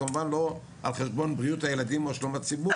כמובן לא על חשבון בריאות הילדים או על חשבון שלום הציבור